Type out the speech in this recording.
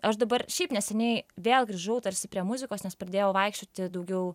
aš dabar šiaip neseniai vėl grįžau tarsi prie muzikos nes pradėjau vaikščioti daugiau